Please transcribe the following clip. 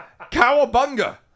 Cowabunga